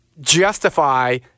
justify